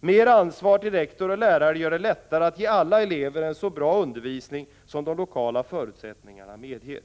Mera ansvar till rektor och lärare gör det lättare att ge alla elever en så bra undervisning som de lokala förutsättningar na medger.